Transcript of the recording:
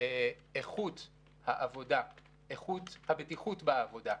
איכות העבודה, איכות הבטיחות בעבודה,